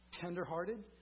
tenderhearted